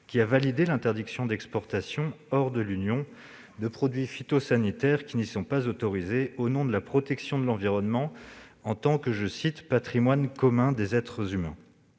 qui a validé l'interdiction d'exportation, hors de l'Union européenne, de produits phytosanitaires qui n'y sont pas autorisés, au nom de la protection de l'environnement en tant que « patrimoine commun des êtres humains